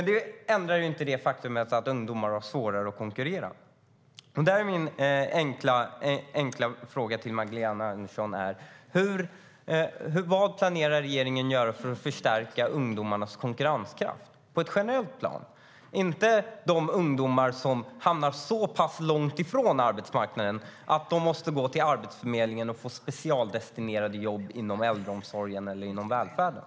Det ändrar inte det faktum att ungdomar har svårare att konkurrera. Mina enkla frågor till Magdalena Andersson är följande: Vad planerar regeringen att göra för att förstärka ungdomarnas konkurrenskraft på ett generellt plan? Det gäller inte de ungdomar som hamnar så pass långt ifrån arbetsmarknaden att de måste gå till Arbetsförmedlingen för att få specialdestinerade jobb inom äldreomsorgen eller välfärden.